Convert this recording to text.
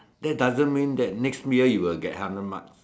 that doesn't mean that next year you will get hundred marks